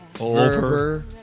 over